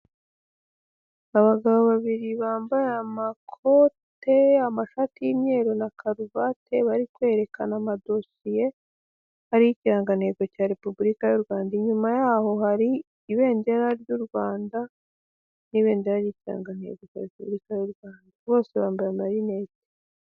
Abagabo babiri bambaye amakote, amashati y'imyeru na karuvati bari kwerekana amadosiye ari ikirangantego cya repuburika y'u Rwanda, inyuma yaho hari ibendera ry'u Rwanda n'ibendera ririho ikirangantego cya repuburika y'u Rwanda, bose bambara amarinete.